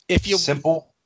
Simple